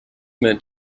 meant